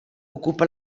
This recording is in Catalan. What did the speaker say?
ocupa